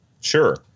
Sure